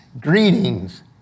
Greetings